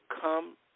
come